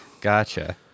Gotcha